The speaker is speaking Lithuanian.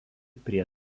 prie